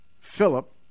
Philip